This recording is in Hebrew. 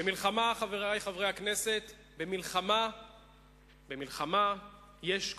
במלחמה, חברי חברי הכנסת, יש קורבנות.